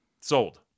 sold